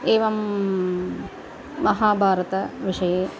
एवं महाभारतविषये